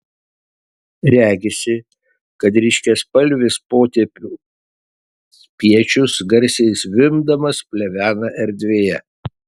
regisi kad ryškiaspalvis potėpių spiečius garsiai zvimbdamas plevena erdvėje